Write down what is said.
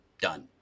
Done